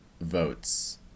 votes